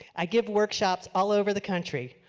i give workshops all over the country.